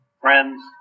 Friends